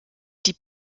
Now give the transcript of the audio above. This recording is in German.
die